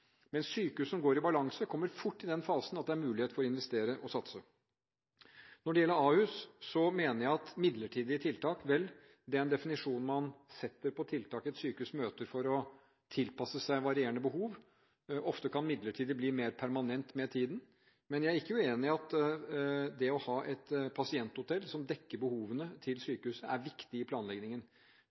Men sykehus som går i balanse, kommer fort i den fasen at det er mulighet for å investere og satse. Når det gjelder Ahus, mener jeg at midlertidige tiltak er en definisjon man setter på tiltak et sykehus møter for å tilpasse seg varierende behov. Ofte kan midlertidig bli mer permanent med tiden. Men jeg er ikke uenig i at det å ha et pasienthotell som dekker behovene til sykehuset, er viktig i